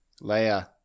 Leia